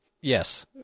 Yes